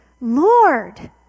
Lord